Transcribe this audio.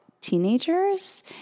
teenagers